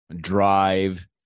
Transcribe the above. drive